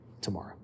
tomorrow